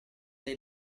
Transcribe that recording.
dei